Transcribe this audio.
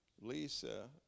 Lisa